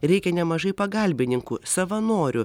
reikia nemažai pagalbininkų savanorių